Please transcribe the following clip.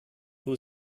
who